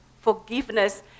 forgiveness